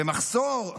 במחסור.